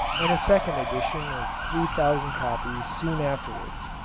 and a second edition of three thousand copies soon afterwards.